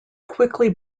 quickly